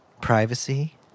privacy